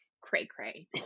cray-cray